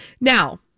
Now